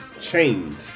change